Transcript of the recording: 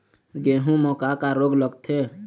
गेहूं म का का रोग लगथे?